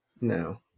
No